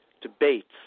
debates